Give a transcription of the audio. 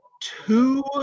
two